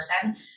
person